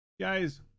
guys